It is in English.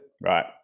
Right